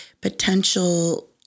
potential